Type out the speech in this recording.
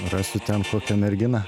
rasiu ten kokią merginą